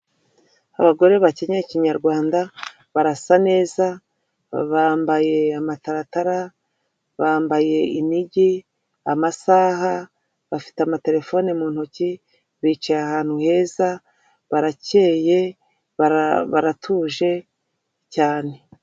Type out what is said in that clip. Abagore bakennye ikinyarwanda barasa neza bambaye amataratara, bambaye inigi amasaha bafite amaterefone mu ntoki bicaye ahantu heza baracyeye, baratuje cyane.